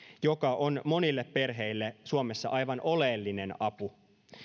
joka on monille perheille suomessa aivan oleellinen apu